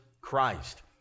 Christ